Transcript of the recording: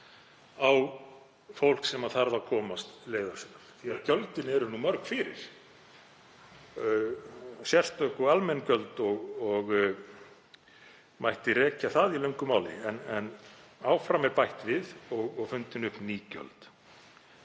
á fólk sem þarf að komast leiðar sinnar. Gjöldin eru nú mörg fyrir, sérstök og almenn gjöld, og mætti rekja það í löngu máli en áfram er bætt við og fundin upp ný gjöld.